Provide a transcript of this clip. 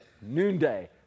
Noonday